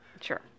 Sure